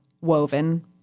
woven